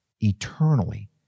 eternally